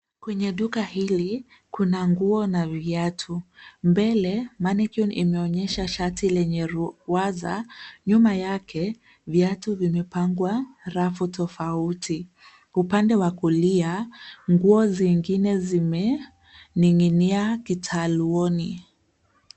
Kwenye duka hili kuna nguo na viatu, mbele, mannequin imeonyesha shati lenye ruwaza, nyuma yake viatu vimepangwa rafu tofauti. Upande wa kulia nguo zingine zimening'inia kitaluoni.